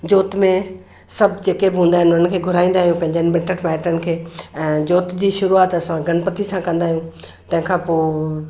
जोति में सब जेके बि हूंदा आहिनि उन्हनि खे घुराईंदा आहियूं पंहिंजे मिटनि माइटनि खे ऐं जोति जी शुरुआत असां गणपति सां कंदा आहियूं तंहिंखां पोइ